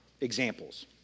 examples